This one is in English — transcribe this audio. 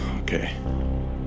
Okay